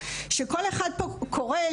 כל אחד קורא,